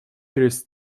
через